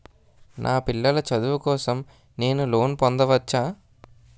నా పిల్లల చదువు కోసం నేను లోన్ పొందవచ్చా?